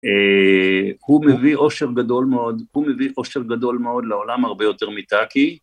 הוא מביא אושר גדול מאוד, הוא מביא אושר גדול מאוד לעולם הרבה יותר מטאקי.